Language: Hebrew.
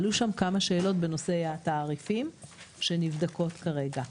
עלו שם כמה שאלות בנושא התעריפים שנבדקות כרגע.